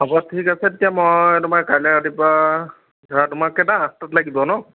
হ'ব ঠিক আছে তেতিয়া মই তোমাৰ কাইলৈ ৰাতিপুৱা ধৰা তোমাক কেইটা আঠটাত লাগিব ন'